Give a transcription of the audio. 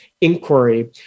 inquiry